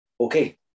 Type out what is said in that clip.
Okay